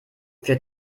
für